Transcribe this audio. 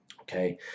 Okay